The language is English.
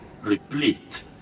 replete